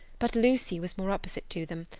but lucy was more opposite to them,